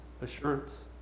assurance